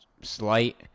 slight